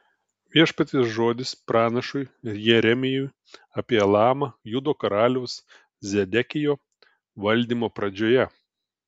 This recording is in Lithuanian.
viešpaties žodis pranašui jeremijui apie elamą judo karaliaus zedekijo valdymo pradžioje